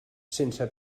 sense